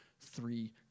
three